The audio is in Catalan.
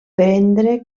prendre